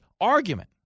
argument